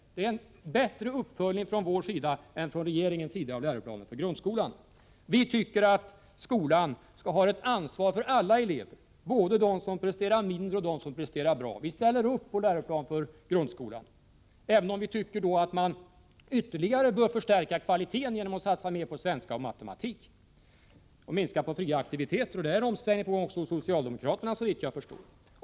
Det är en bättre uppföljning från vår sida än från regeringens av läroplanen för grundskolan. Vi tycker att grundskolan skall ha ett ansvar för alla elever, både för dem som presterar mindre och för dem som presterar mer. Vi ställer upp på läroplanen för grundskolan, även om vi tycker att man bör ytterligare förstärka kvaliteten genom att satsa mer på svenska och matematik och minska på fria aktiviteter. Där är en omsvängning på väg hos socialdemokraterna, såvitt jag förstår.